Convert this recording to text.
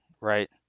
right